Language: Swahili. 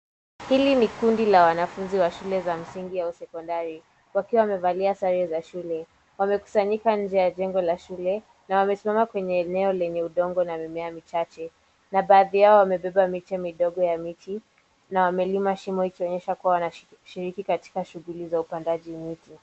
Hili ni kundi la wanafunzi wa shule za msingi au sekondari wakiwa wamevalia sare za shule. Wamekusanyika nje ya jengo la shule na wamesimama kwenye eneo lenye udongo na mimea michache na baadhi yao wamebeba miche midogo ya miti na wamelima shimo ikionyesha kuwa wanashiriki katika shughuli za upandaji miti.